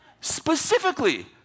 Specifically